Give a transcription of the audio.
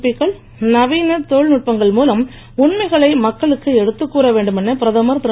பிக்கள் நவீன தொ ழில்நுட்பங்கள் மூலம் உண்மைகளை மக்களுக்கு எடுத்துக் கூற வேண்டும் என பிரதமர் திரு